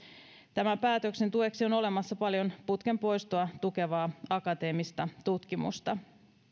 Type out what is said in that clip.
tämän päätöksen tueksi on olemassa paljon putken poistoa tukevaa akateemista tutkimusta